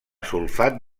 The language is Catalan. sulfat